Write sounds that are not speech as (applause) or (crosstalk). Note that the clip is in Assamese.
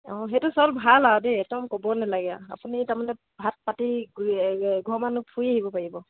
অঁ সেইটো চাউল ভাল আৰু দেই একদম ক'বই নেলাগে আউ আপুনি তাৰমানে ভাত পাতি (unintelligible) এঘৰ মানুহ ফুৰি আহিব পাৰিব